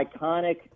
iconic